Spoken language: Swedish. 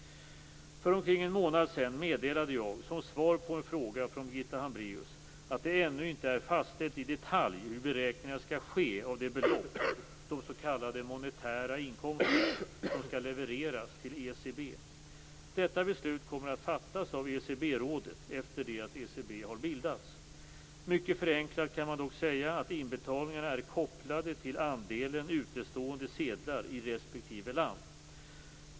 För omkring en månad sedan meddelade jag, som svar på en fråga från Birgitta Hambraeus, att det ännu inte är fastställt i detalj hur beräkningarna skall ske av det belopp, de s.k. monetära inkomsterna, som skall levereras till ECB. Detta beslut kommer att fattas av ECB-rådet efter det att ECB har bildats. Mycket förenklat kan man dock säga att inbetalningarna är kopplade till andelen utestående sedlar i respektive land.